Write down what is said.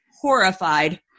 horrified